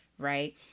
right